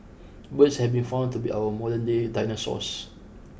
birds have been found to be our modernday dinosaurs